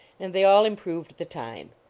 and they all improved the time.